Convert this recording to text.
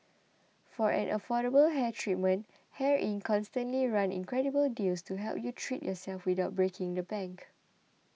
for an affordable hair treatment Hair Inc constantly run incredible deals to help you treat yourself without breaking the bank